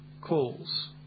calls